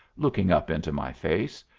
looking up into my face.